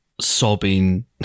Sobbing